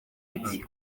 ati